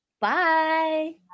bye